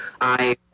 I-